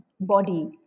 body